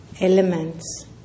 elements